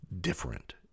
different